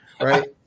Right